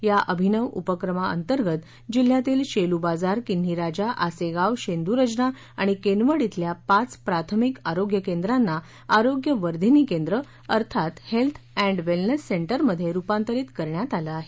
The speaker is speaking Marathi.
या अभिनव उपक्रमा अंतर्गत जिल्ह्यातील शेलूबाजार किन्हीराजा आसेगाव शेंद्रजना आणि केनवड खिल्या पाच प्राथमिक आरोग्य केंद्रांना आरोग्यवर्धीनी केंद्र अर्थात हेल्थ अँड वेलनेस सेंटर मध्ये रूपांतरित करण्यात आलं आहे